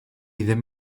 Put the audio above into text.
ddim